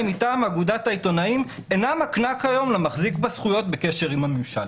מטעם אגודת העיתונאים אינה מקנה כיום למחזיק בה זכויות בקשר עם הממשל".